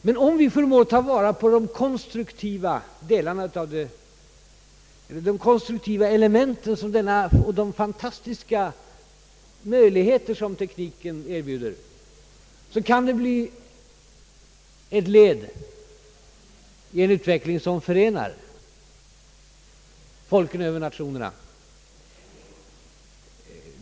Men om vi förmår ta vara på de konstruktiva elementen och de fantastiska möjligheter som tekniken erbjuder, kan det bli ett led i en utveckling som förenar folken över nationsgränserna.